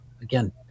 again